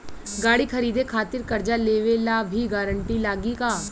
गाड़ी खरीदे खातिर कर्जा लेवे ला भी गारंटी लागी का?